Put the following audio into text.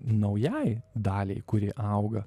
naujai daliai kuri auga